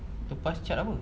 lepas cat apa